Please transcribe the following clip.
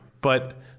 but-